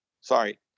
Sorry